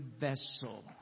vessel